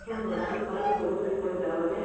শোনো শোনো তাহলে সবাই সবুজ শাড়ি পরে যাওয়া হবে